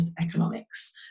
economics